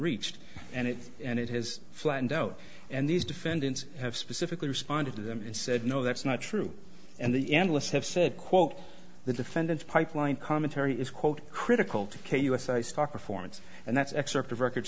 reached and it and it has flattened out and these defendants have specifically responded to them and said no that's not true and the analysts have said quote the defendant's pipeline commentary is quote critical to k u s i stock reforms and that's excerpt of record